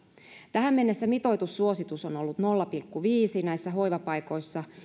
tähän mennessä mitoitussuositus on ollut nolla pilkku viidessä näissä hoivapaikoissa